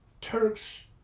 Turks